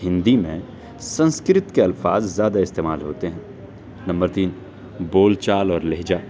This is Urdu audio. ہندی میں سنسکرت کے الفاظ زیادہ استعمال ہوتے ہیں نمبر تین بول چال اور لہجہ